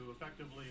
effectively